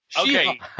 Okay